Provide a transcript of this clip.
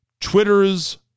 Twitter's